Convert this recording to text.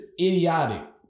idiotic